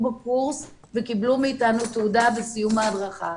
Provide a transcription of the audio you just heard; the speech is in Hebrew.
בקורס וקיבלו מאתנו תעודה בסיום ההדרכה.